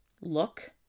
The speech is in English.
look